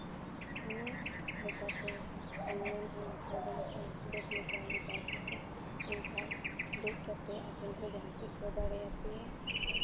ᱚᱱᱟ ᱞᱮᱠᱟᱛᱮ ᱤᱧ ᱢᱮᱱᱮᱫᱼᱟ ᱥᱟᱫᱚᱢ ᱠᱚ ᱵᱮᱥ ᱞᱮᱠᱟ ᱵᱮᱵᱷᱟᱨ ᱠᱚᱯᱮ ᱮᱸᱰᱮᱠᱷᱟᱱ ᱫᱮᱡ ᱠᱟᱛᱮ ᱟᱥᱮᱱ ᱦᱚᱸ ᱡᱟᱦᱟᱸ ᱥᱮᱫ ᱠᱚ ᱫᱟᱲᱮᱭᱟᱯᱮᱭᱟ